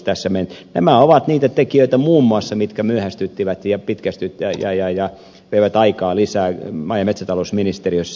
muun muassa nämä ovat niitä tekijöitä mitkä myöhästyttivät ja veivät aikaa lisää maa ja metsätalousministeriössä